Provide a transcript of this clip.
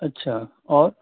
اچھا اور